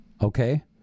Okay